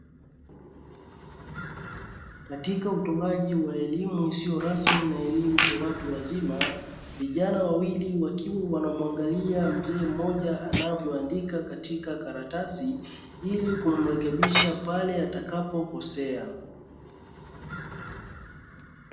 Katika utoaji wa elimu isiyo rasmi na elimu kwa watu wazima, vijana wawili wakiwa wanamuangalia mzee mmoja anavyoandika katika karatasi ili kumrekebisha pale atakapokosea.